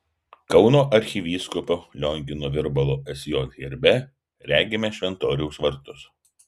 kauno arkivyskupo liongino virbalo sj herbe regime šventoriaus vartus